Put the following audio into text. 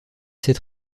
cette